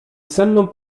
senną